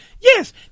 Yes